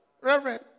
Reverend